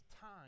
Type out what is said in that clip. time